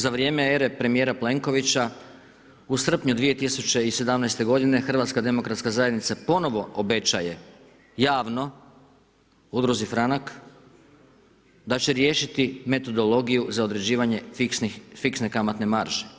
Za vrijeme ere premijera Plenkovića, u srpnju 2017. godine HDZ ponovo obećava javno udruzi Franak da će riješiti metodologiju za određivanje fiksne kamatne marže.